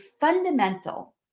fundamental